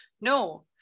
no